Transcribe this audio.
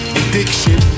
addiction